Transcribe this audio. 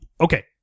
Okay